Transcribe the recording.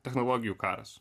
technologijų karas